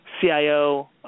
CIO